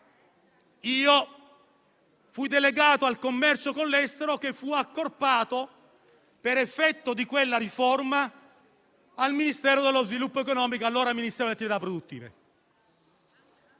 Io fui delegato al commercio con l'estero, che fu accorpato, per effetto di quella riforma, al Ministero dello sviluppo economico, allora Ministero delle attività produttive.